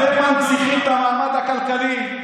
אתם מנציחים את המעמד הכלכלי.